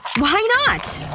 why not!